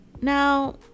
now